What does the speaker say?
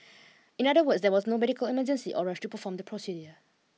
in other words there was no medical emergency or rush to perform the procedure